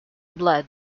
blood